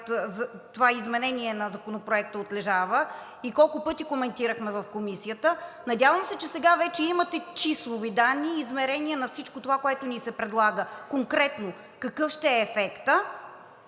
това изменение на Законопроекта отлежава и колко пъти коментирахме в Комисията. Надявам се, че сега вече имате числови данни и измерения на всичко това, което ни се предлага – конкретно какъв ще е ефектът,